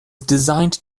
designed